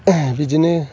बिदिनो